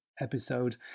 episode